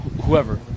whoever